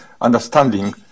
understanding